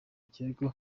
ikirego